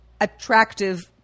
attractive